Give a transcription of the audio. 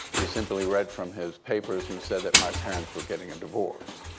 he simply read from his papers and said that my parents were getting a divorce.